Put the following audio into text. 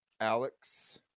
Alex